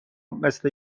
مثل